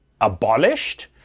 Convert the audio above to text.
abolished